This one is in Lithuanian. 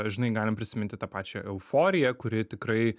žinai galim prisiminti tą pačią euforiją kuri tikrai